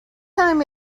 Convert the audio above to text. time